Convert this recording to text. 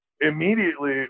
Immediately